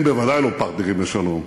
הם בוודאי לא פרטנרים לשלום.